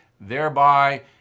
Thereby